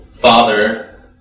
Father